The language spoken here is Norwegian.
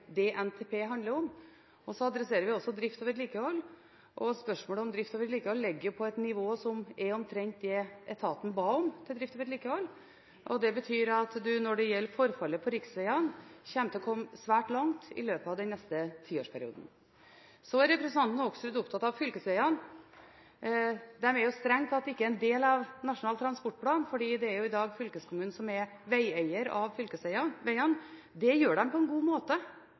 det NTP handler om. Så adresserer vi drift og vedlikehold. Når det gjelder drift og vedlikehold, ligger det på et nivå som er omtrent det etaten ba om. Det betyr at når det gjelder forfallet på riksvegene, kommer man til å komme svært langt i løpet av den neste tiårsperioden. Så er representanten Hoksrud opptatt av fylkesvegene. De er strengt tatt ikke en del av Nasjonal transportplan, for det er i dag fylkeskommunen som er eier av fylkesvegene. Det gjør de på en god måte.